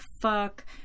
fuck